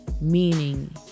meaning